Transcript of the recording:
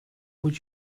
would